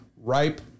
ripe